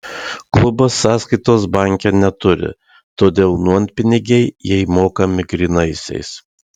klubas sąskaitos banke neturi todėl nuompinigiai jai mokami grynaisiais